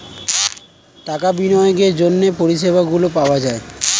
টাকা বিনিয়োগের জন্য পরিষেবাগুলো পাওয়া যায়